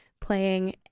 playing